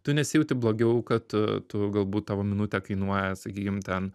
tu nesijauti blogiau kad tu galbūt tavo minutė kainuoja sakykim ten